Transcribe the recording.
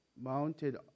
mounted